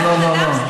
לא, לא.